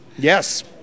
Yes